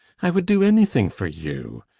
i would do anything for you.